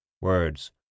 Words